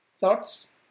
Thoughts